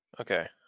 okay